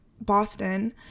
Boston